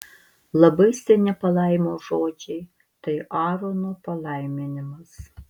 labai seni palaimos žodžiai tai aarono palaiminimas